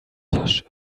tasche